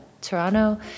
Toronto